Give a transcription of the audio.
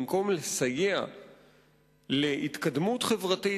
במקום לסייע להתקדמות חברתית,